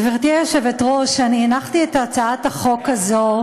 גברתי היושבת-ראש, אני הנחתי את הצעת החוק הזאת,